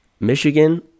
Michigan